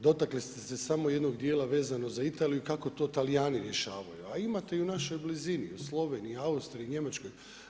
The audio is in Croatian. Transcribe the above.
Dotakli ste se samo jednog dijela vezano za Italiju kako to Talijani rješavaju, a imate i u našoj blizini u Sloveniji, Austriji, Njemačkoj.